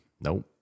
nope